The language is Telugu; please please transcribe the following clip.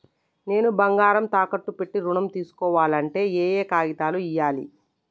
నేను బంగారం తాకట్టు పెట్టి ఋణం తీస్కోవాలంటే ఏయే కాగితాలు ఇయ్యాలి?